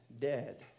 dead